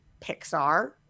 Pixar